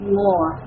more